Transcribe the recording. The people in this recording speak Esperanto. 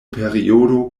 periodo